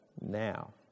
now